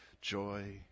Joy